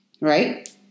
right